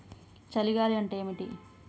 చలి గాలి అంటే ఏమిటి?